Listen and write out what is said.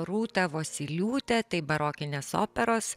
rūta vosyliūtė tai barokinės operos